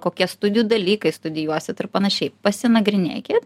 kokie studijų dalykai studijuosit ir panašiai pasinagrinėki